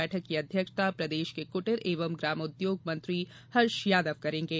बैठक की अध्यक्षता प्रदेश के कुटीर एवं ग्रामोद्योग मंत्री हर्ष यादव करेंगे